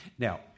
Now